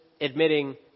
admitting